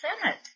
Senate